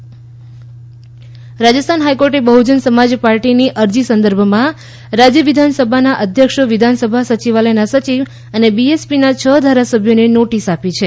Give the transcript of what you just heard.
રાજસ્થાન રાજસ્થાન હાઈકોર્ટે બહ્જન સમાજ પાર્ટીની અરજી સંદર્ભમાં રાજ્ય વિધાનસભાના અધ્યક્ષ વિધાનસભા સચિવાલયના સચિવ અને બીએસપીના છ ધારાસભ્યોને નોટિસ આપી છે